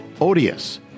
odious